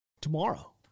tomorrow